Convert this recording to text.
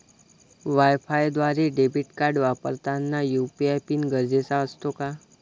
वायफायद्वारे debit card वापरताना UPI pin गरजेचा असतो का?